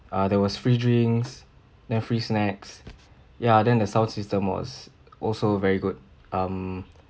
uh there was free drinks then free snacks ya then the sound system was also very good um